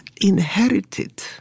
inherited